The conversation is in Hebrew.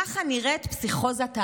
ככה נראית פסיכוזת ההמונים",